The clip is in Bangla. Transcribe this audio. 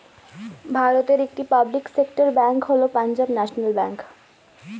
ভারতের একটি পাবলিক সেক্টর ব্যাঙ্ক হল পাঞ্জাব ন্যাশনাল ব্যাঙ্ক